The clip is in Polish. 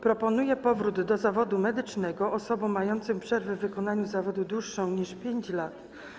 Proponuje powrót do zawodu medycznego osobom mającym przerwę w wykonywaniu zawodu dłuższą niż 5 lat.